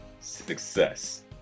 success